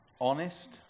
honest